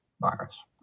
virus